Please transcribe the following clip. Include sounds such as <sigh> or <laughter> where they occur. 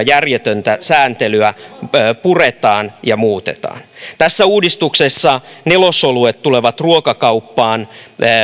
<unintelligible> järjetöntä sääntelyä puretaan ja muutetaan tässä uudistuksessa nelosoluet tulevat ruokakauppaan